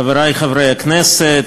חברי חברי הכנסת,